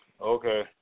Okay